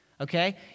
Okay